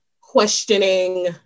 questioning